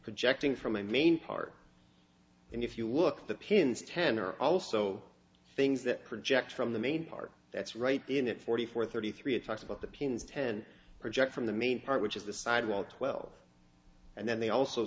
projecting from my main part and if you look at the pins ten are also things that project from the main part that's right in it forty four thirty three it talks about the pins ten project from the main part which is the side wall twelve and then they also